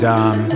Dom